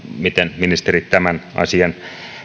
miten ministeri tämän asian